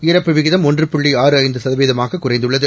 இறப்புவிகிதம்ஒன்றுபு ள்ளிஆறு ஐந்துசதவிகிதமாககுறைந்துள்ளது